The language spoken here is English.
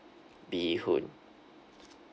beehoon